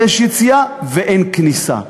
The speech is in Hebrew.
ואין כניסה.